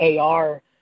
AR